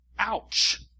Ouch